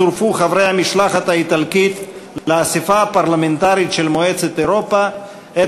המשלחת האיטלקית לאספה הפרלמנטרית של מועצת אירופה את